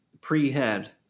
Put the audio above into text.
pre-head